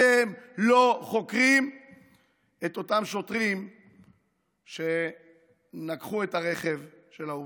אתם לא חוקרים את אותם שוטרים שנגחו את הרכב של אהוביה.